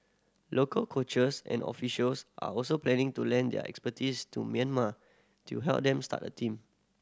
local coaches and officials are also planning to lend their expertise to Myanmar to help them start a team